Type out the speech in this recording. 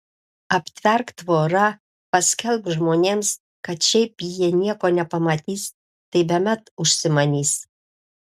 aptverk tvora paskelbk žmonėms kad šiaip jie nieko nepamatys tai bemat užsimanys